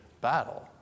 battle